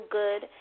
good